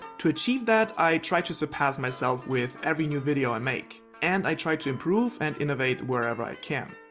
to achieve that, i try to surpass myself with every new video i make, and i try to improve and innovate wherever i can.